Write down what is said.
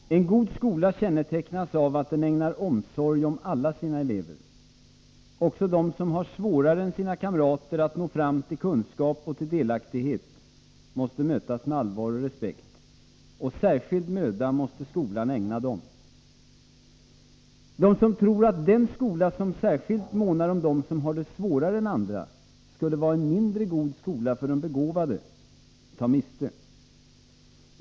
Herr talman! En god skola kännetecknas av att den ägnar omsorg om alla sina elever. Också de som har svårare än sina kamrater att nå fram till kunskap och delaktighet måste mötas med allvar och respekt, och skolan måste ägna dem särskild möda. De som tror att den skola som särskilt månar om den som har det svårare än andra skulle vara en mindre god skola för de begåvade tar miste.